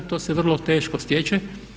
To se vrlo teško stječe.